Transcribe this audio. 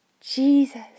Jesus